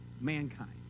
mankind